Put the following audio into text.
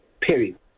period